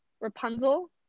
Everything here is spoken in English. Rapunzel